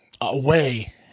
away